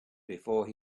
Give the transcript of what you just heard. before